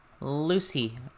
Lucy